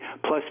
plus